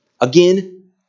Again